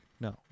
No